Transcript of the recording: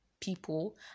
people